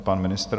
Pan ministr.